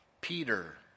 Peter